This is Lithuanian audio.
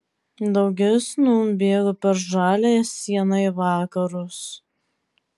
daugis nūn bėga per žaliąją sieną į vakarus